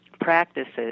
practices